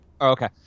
Okay